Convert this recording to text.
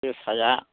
जोसाया